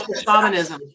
Shamanism